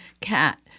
cat